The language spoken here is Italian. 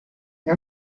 gli